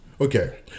Okay